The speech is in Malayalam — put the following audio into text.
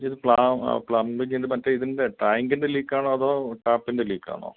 ഇത് പ്ലാ പ്ലംബിങ്ങിന്റെ മറ്റേ ഇതിന്റെ ടാങ്കിന്റെ ലീക്കാണോ അതോ ടാപ്പിന്റെ ലീക്കാണോ